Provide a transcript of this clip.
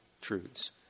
truths